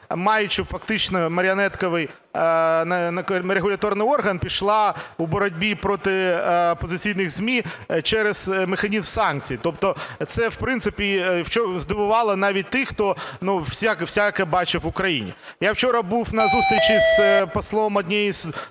маючи фактично маріонетковий регуляторний орган, пішла у боротьбі проти опозиційних ЗМІ через механізм санкцій. Тобто це, в принципі, здивувало навіть тих, хто всяке бачив в Україні. Я вчора був на зустрічі з послом однієї з